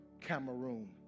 Cameroon